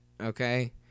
Okay